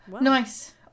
Nice